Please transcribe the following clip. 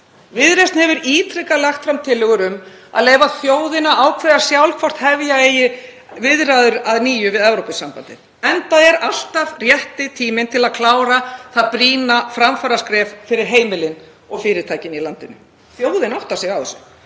Viðreisn hefur ítrekað lagt fram tillögur um að leyfa þjóðinni að ákveða sjálf hvort hefja eigi viðræður að nýju við Evrópusambandið enda er alltaf rétti tíminn til að klára það brýna framfaraskref fyrir heimilin og fyrirtækin í landinu. Þjóðin áttar sig á þessu